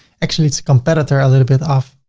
actually it's a competitor, a little bit off,